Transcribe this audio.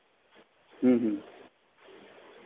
ᱦᱮᱸ ᱦᱮᱸ